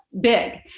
big